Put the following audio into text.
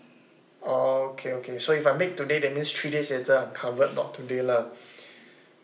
oh okay okay so if I make today that means three days later I'm covered not today lah